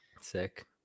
Sick